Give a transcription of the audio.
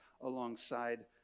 alongside